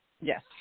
Yes